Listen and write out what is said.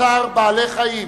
צער בעלי-חיים